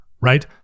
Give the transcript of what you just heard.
right